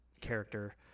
character